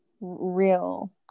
real